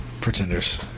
Pretenders